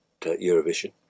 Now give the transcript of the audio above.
eurovision